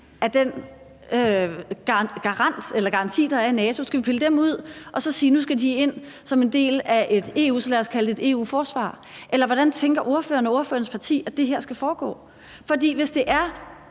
af den garanti, der er i NATO? Skal vi pille dem ud og så sige: Nu skal de ind som en del af et, lad os kalde det EU-forsvar? Eller hvordan tænker ordføreren og ordførerens parti at det her skal foregå? For hvis der er